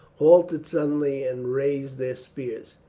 halted suddenly and raised their spears.